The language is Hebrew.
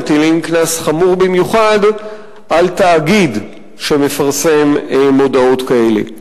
מטילים קנס חמור במיוחד על תאגיד שמפרסם מודעות כאלה.